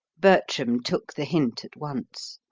bertram took the hint at once.